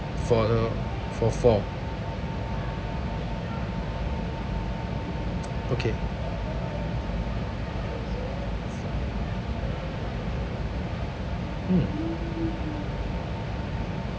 for uh for four okay mm